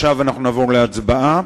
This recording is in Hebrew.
אנחנו נעבור להצבעה.